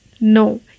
No